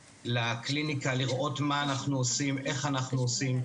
לקליניקה לראות מה אנחנו עושים ואיך אנחנו עושים.